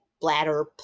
bladder